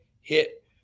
hit